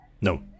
No